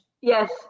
Yes